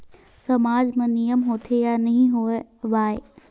सामाज मा नियम होथे या नहीं हो वाए?